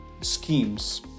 schemes